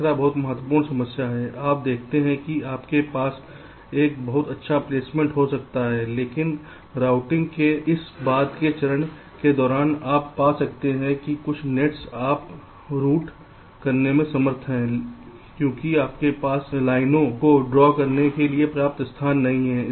तीसरी बहुत महत्वपूर्ण समस्या है आप देखते हैं कि आपके पास एक बहुत अच्छा प्लेसमेंट हो सकता है लेकिन राउटिंग के इस बाद के चरण के दौरान आप पा सकते हैं कि कुछ नेट्स आप रूट करने में असमर्थ हैं क्योंकि आपके पास लाइनों को ड्रॉ करने के लिए पर्याप्त स्थान नहीं है